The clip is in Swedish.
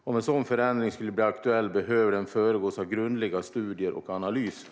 Om en sådan förändring skulle bli aktuell behöver den föregås av grundliga studier och analyser.